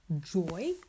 joy